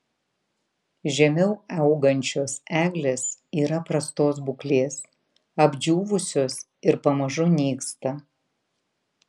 žemiau augančios eglės yra prastos būklės apdžiūvusios ir pamažu nyksta